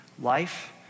life